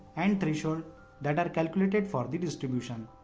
and threshold that are calculated for the distribution.